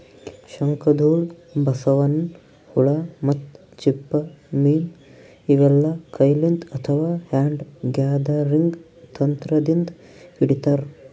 ಶಂಕದ್ಹುಳ, ಬಸವನ್ ಹುಳ ಮತ್ತ್ ಚಿಪ್ಪ ಮೀನ್ ಇವೆಲ್ಲಾ ಕೈಲಿಂತ್ ಅಥವಾ ಹ್ಯಾಂಡ್ ಗ್ಯಾದರಿಂಗ್ ತಂತ್ರದಿಂದ್ ಹಿಡಿತಾರ್